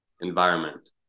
environment